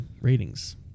ratings